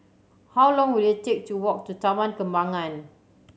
how long will it take to walk to Taman Kembangan